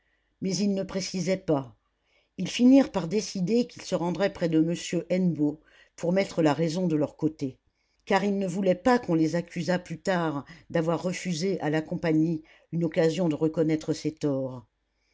mais il ne précisait pas ils finirent par décider qu'ils se rendraient près de m hennebeau pour mettre la raison de leur côté car ils ne voulaient pas qu'on les accusât plus tard d'avoir refusé à la compagnie une occasion de reconnaître ses torts